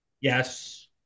Yes